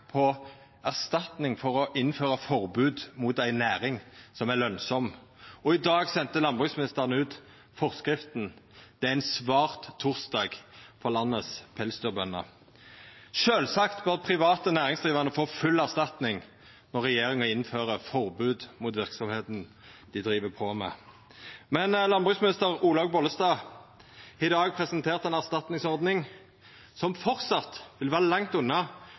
på erstatning fordi me innfører forbod mot ei næring som er lønsam. Og i dag sende landbruksministeren ut forskrifta. Det er ein svart onsdag for pelsdyrbøndene i landet. Sjølvsagt må private næringsdrivande få full erstatning når regjeringa innfører forbod mot verksemda dei driv. Men landbruksminister Olaug Vervik Bollestad har i dag presentert ei erstatningsordning som framleis vil vera langt